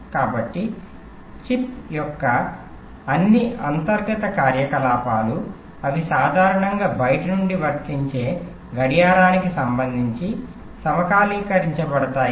కాబట్టి చిప్ యొక్క అన్ని అంతర్గత కార్యకలాపాలు అవి సాధారణంగా బయటి నుండి వర్తించే గడియారానికి సంబంధించి సమకాలీకరించబడతాయి